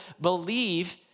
believe